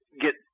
get